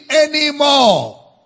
anymore